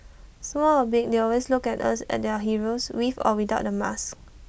small or big they always look at us as their heroes with or without the mask